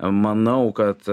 manau kad